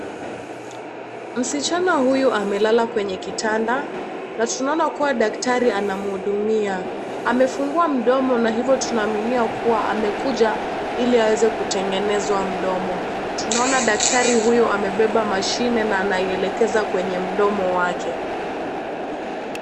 Msichana huyu amelala kwenye kitanda, na tunaona kuwa daktari anamhudumia. Amefungua mdomo na hivyo tunaaminia kuwa amekuja, ili aweze kutengenezwa mdomo. Tunaona daktari huyo amebeba mashine na anaielekeza kwenye mdomo wake.